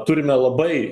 turime labai